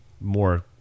more